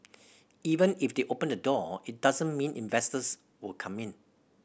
even if they open the door it doesn't mean investors will come in